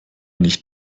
nicht